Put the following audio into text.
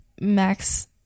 max